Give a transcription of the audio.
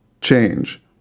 change